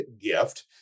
gift